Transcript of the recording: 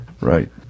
Right